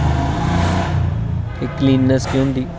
कि क्लीननैस केह् होंदी